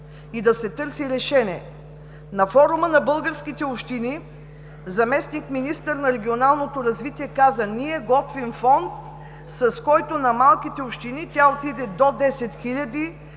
и да се търси решение. На Форума на българските общини заместник-министърът на регионалното развитие каза: „Ние подготвяме фонд, с който на малките общини ще намерим